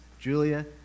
Julia